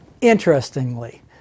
Interestingly